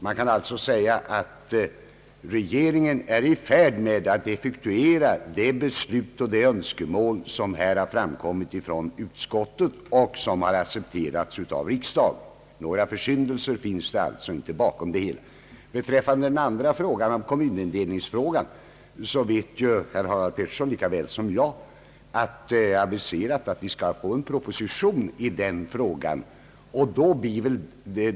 Man kan alltså säga att regeringen är i färd med att effektuera de önskemål som har uttryckts av utskottet och som har accepterats av riksdagen. Några försyndelser har det alltså inte varit fråga om. Beträffande kommunindelningsfrågan vet herr Harald Pettersson lika väl som jag att en proposition i den frågan är aviserad.